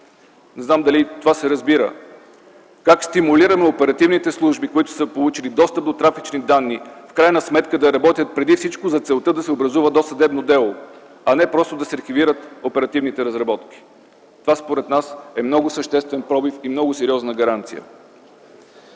не знам дали това се разбира - как стимулираме оперативните служби, които са получили достъп до трафични данни, в крайна сметка да работят преди всичко за целта да се образува досъдебно дело, а не просто да се ликвидират оперативните разработки. Според нас това е много съществен пробив и много сериозна гаранция.